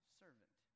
servant